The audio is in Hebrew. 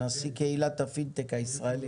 נשיא קהילת הפינטק הישראלית.